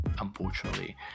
unfortunately